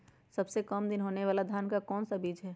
सबसे काम दिन होने वाला धान का कौन सा बीज हैँ?